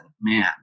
man